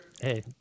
Hey